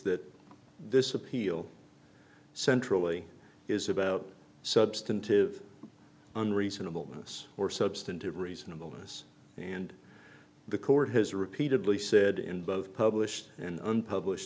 that this appeal centrally is about substantive on reasonable us or substantive reasonable to us and the court has repeatedly said in both published and unpublish